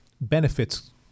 benefits